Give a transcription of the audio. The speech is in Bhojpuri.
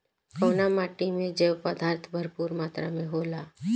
कउना माटी मे जैव पदार्थ भरपूर मात्रा में होला?